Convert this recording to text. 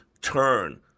turn